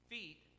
Feet